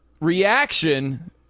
reaction